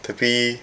tapi